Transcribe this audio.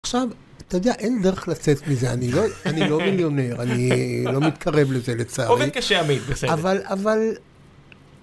עכשיו, אתה יודע, אין דרך לצאת מזה, אני לא מיליונר, אני לא מתקרב לזה לצערי. עובד קשה, אמין. בסדר. אבל, אבל...